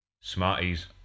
Smarties